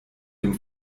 dem